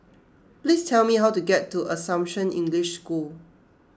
please tell me how to get to Assumption English School